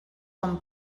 com